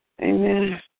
Amen